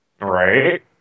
Right